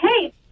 Hey